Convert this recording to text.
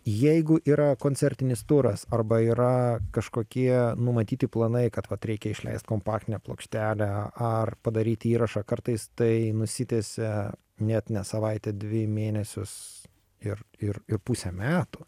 jeigu yra koncertinis turas arba yra kažkokie numatyti planai kad vat reikia išleist kompaktinę plokštelę ar padaryti įrašą kartais tai nusitęsia net ne savaitę dvi mėnesius ir ir ir pusę metų